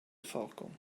falcon